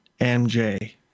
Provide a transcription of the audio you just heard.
MJ